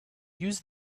use